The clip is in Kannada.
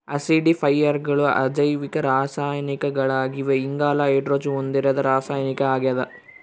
ಆಸಿಡಿಫೈಯರ್ಗಳು ಅಜೈವಿಕ ರಾಸಾಯನಿಕಗಳಾಗಿವೆ ಇಂಗಾಲ ಹೈಡ್ರೋಜನ್ ಹೊಂದಿರದ ರಾಸಾಯನಿಕ ಆಗ್ಯದ